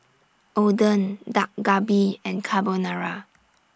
Oden Dak Galbi and Carbonara